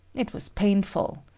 it was painful.